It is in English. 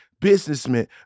businessman